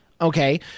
Okay